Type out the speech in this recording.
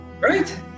Right